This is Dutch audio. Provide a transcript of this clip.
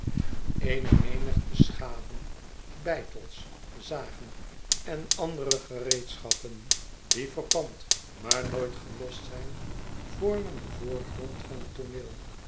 eene menigte schaven beitels zagen en andere gereedschappen die verpand maar nooit gelost zijn vormen den voorgrond van het tooneel